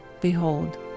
Behold